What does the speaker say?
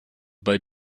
bei